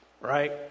right